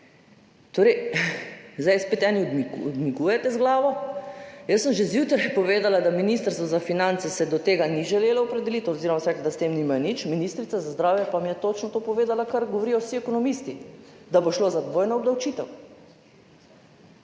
Torej, zdaj spet eni odkimavate z glavo. Jaz sem že zjutraj povedala, da se Ministrstvo za finance do tega ni želelo opredeliti oziroma so rekli, da s tem nimajo nič, ministrica za zdravje pa mi je točno to povedala, kar govorijo vsi ekonomisti – da bo šlo za dvojno obdavčitev.